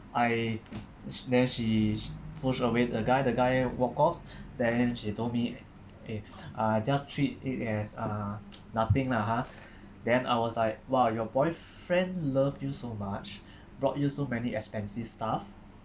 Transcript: I then she push away the guy the guy walk off then she told me eh uh just treat it as uh nothing lah ha then I was like !wow! your boyfriend love you so much brought you so many expensive stuff